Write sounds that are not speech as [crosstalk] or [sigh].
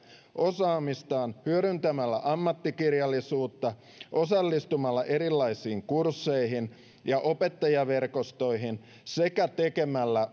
osaamistaan hyödyntämällä ammattikirjallisuutta osallistumalla erilaisiin kursseihin ja opettajaverkostoihin sekä tekemällä [unintelligible]